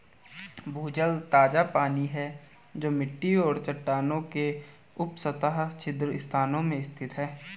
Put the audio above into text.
भूजल ताजा पानी है जो मिट्टी और चट्टानों के उपसतह छिद्र स्थान में स्थित है